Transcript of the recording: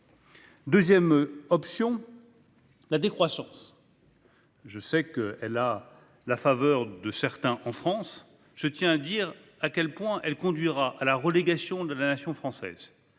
deuxième choix, c'est la décroissance. Je sais qu'elle a la faveur de certains en France. Je tiens à dire à quel point elle conduira à la relégation de la nation française,